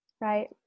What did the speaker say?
right